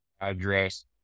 address